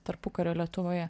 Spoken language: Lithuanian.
tarpukario lietuvoje